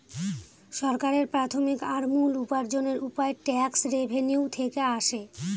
সরকারের প্রাথমিক আর মূল উপার্জনের উপায় ট্যাক্স রেভেনিউ থেকে আসে